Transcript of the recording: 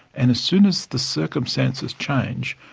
and as soon as the circumstances change,